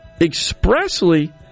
expressly